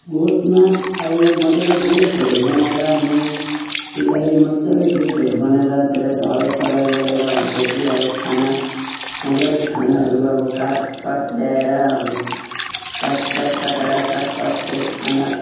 गोठमा अब मजाले गोठहरू बनाएर म त्यसलाई मजाले गोठहरू बनाएर त्यसलाई ढलाईसलाई गरेर हुन्छ कि अब छाना मजाले छानाहरू अब काठपात ल्याएर अब काठपात कटाएर काठ पातको छाना